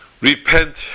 repent